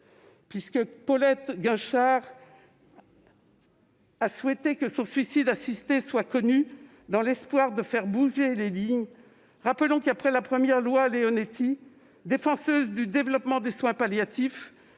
». Paulette Guinchard-Kunstler a souhaité que son suicide assisté soit connu dans l'espoir de faire bouger les lignes. Rappelons que, après la première loi Leonetti, défenseuse du développement des soins palliatifs,